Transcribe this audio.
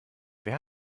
wer